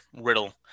Riddle